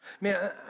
Man